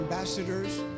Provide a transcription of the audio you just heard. Ambassadors